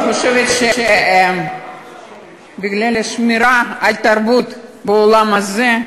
אני חושבת שבגלל השמירה על תרבות באולם הזה,